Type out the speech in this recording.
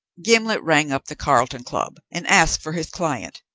gimblet rang up the carlton club and asked for his client,